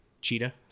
Cheetah